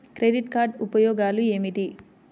Credit card ఉపయోగాలు ఏమిటి?